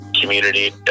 community